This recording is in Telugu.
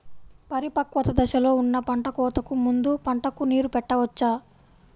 పరిపక్వత దశలో ఉన్న పంట కోతకు ముందు పంటకు నీరు పెట్టవచ్చా?